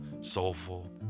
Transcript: soulful